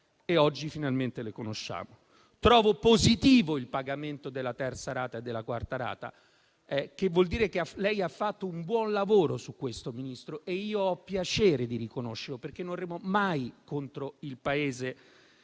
oggi finalmente le conosciamo. Trovo positivo il pagamento della terza rata e della quarta rata, che vuol dire che lei ha fatto un buon lavoro su questo, Ministro, e io ho piacere di riconoscerlo, perché non remo mai contro il Paese